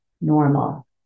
normal